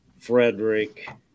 Frederick